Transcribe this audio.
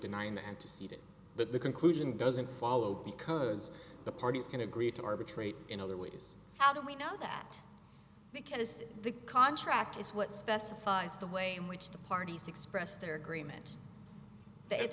denying the antecedent but the conclusion doesn't follow because the parties can agree to arbitrate in other ways how do we know that because the contract is what specifies the way in which the parties express their agreement